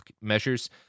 measures